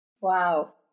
Wow